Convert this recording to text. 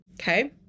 okay